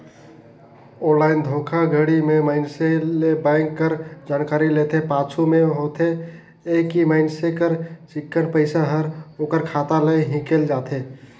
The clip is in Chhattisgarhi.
ऑनलाईन धोखाघड़ी में मइनसे ले बेंक कर जानकारी लेथे, पाछू में होथे ए कि मइनसे कर चिक्कन पइसा हर ओकर खाता ले हिंकेल जाथे